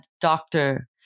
doctor